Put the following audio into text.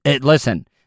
listen